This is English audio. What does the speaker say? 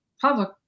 public